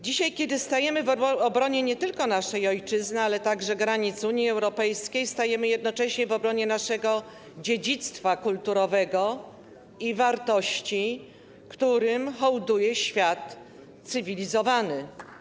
Dzisiaj, kiedy stajemy w obronie nie tylko naszej ojczyzny, ale także granic Unii Europejskiej, stajemy jednocześnie w obronie naszego dziedzictwa kulturowego i wartości, którym hołduje świat cywilizowany.